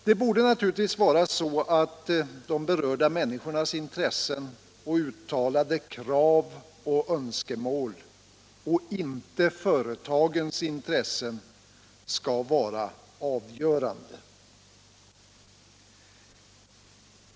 Det borde naturligtvis vara så att de berörda människornas intressen och uttalade krav och önskemål, inte företagens intressen, skall vara avgörande.